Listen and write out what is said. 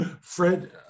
Fred